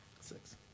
Six